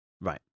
right